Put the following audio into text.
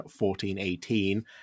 1418